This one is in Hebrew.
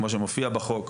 כמו שמופיע בחוק,